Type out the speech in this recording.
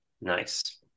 nice